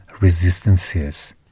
resistances